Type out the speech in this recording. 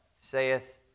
saith